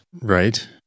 Right